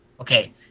Okay